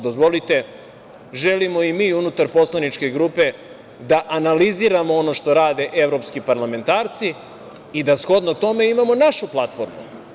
Dozvolite, želimo i mi unutar poslaničke grupe da analiziramo ono što rade evropski parlamentarci i da shodno tome imamo našu platformu.